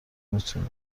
میتونی